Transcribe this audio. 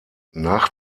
nach